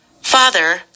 Father